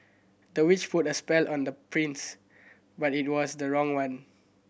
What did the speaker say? the witch put a spell on the prince but it was the wrong one